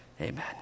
Amen